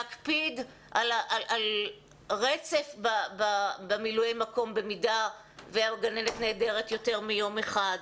להקפיד על רצף במילויי מקום במידה והגננת נעדרת יותר מיום אחד.